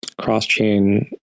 cross-chain